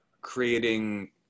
creating